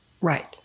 right